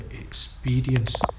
experience